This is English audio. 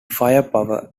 firepower